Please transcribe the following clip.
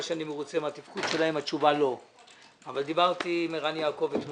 יש לי מה להעיר על ההצעה הזאת לסדר אבל היות ואני מכבד את מה שאתה